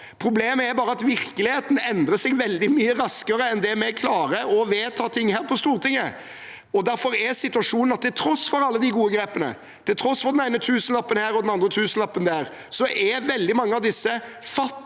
Problemet er bare at virkeligheten endrer seg veldig mye raskere enn vi klarer å vedta ting her på Stortinget. Derfor er situasjonen at til tross for alle de gode grepene, til tross for den ene tusenlappen her og den andre tusenlappen der, så er veldig mange av disse fattigere